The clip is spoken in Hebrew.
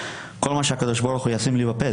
כל מה שהקדוש ברוך הוא ישים לי בפה,